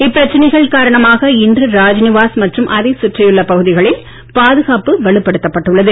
இப்பிரச்சனைகள் காரணமாக இன்று ராஜ்நிவாஸ் மற்றும் அதைச் சுற்றியுள்ள பகுதிகளில் பாதுகாப்பு வலுப்படுத்தப்பட்டது